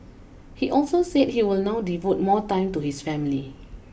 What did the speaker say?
he also said he will now devote more time to his family